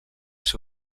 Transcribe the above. ser